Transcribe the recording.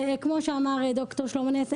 כמו שאמר ד"ר שלמה נס,